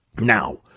Now